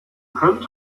könne